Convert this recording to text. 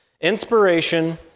inspiration